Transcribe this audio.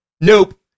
nope